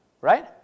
right